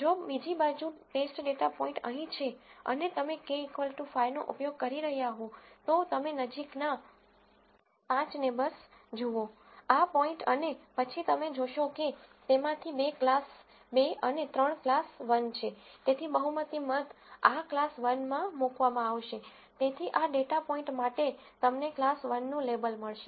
જો બીજી બાજુ ટેસ્ટ ડેટા પોઇન્ટ અહીં છે અને તમે કે k 5 નો ઉપયોગ કરી રહ્યા હો તો તમે નજીકના 5 નેબર્સ જુઓ આ પોઈન્ટ અને પછી તમે જોશો કે તેમાંથી બે ક્લાસ 2 અને ત્રણ ક્લાસ 1 છે તેથી બહુમતી મત આ ક્લાસ 1 માં મૂકવામાં આવશે તેથી આ ડેટા પોઇન્ટ માટે તમને ક્લાસ 1 નું લેબલ મળશે